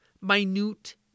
minute